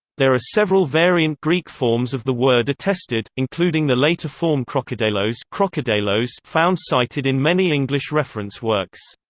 there are several variant greek forms of the word attested, including the later form krokodeilos krokodeilos found cited in many english reference works.